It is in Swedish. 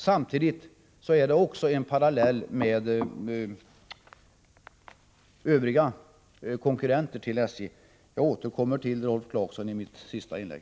Samtidigt är den konkurrensneutral till övriga konkurrenter till SJ. Jag återkommer till Rolf Clarkson i mitt sista inlägg.